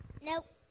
Nope